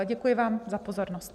Děkuji vám za pozornost.